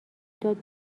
داد